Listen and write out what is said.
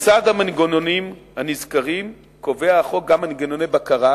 לצד המנגנונים הנזכרים קובע החוק גם מנגנוני בקרה